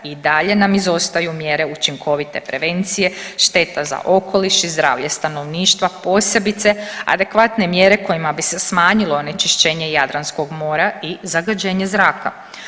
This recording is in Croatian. I dalje nam izostaju mjere učinkovite prevencije, šteta za okoliš i zdravlje stanovništva posebice adekvatne mjere kojima bi se smanjilo onečišćenje Jadranskog mora i zagađenje zraka.